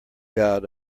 god